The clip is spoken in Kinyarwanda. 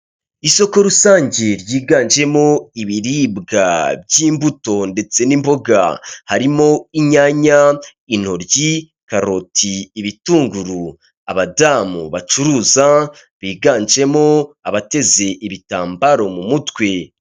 Isoko rusange ryiganjemo ibiribwa by'imbuto ndetse n'imboga, harimo inyanya, intoryi, karoti, ibitunguru, abadamu bacuruza, biganjemo abateze ibitambaro mu mutwe.